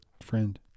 friend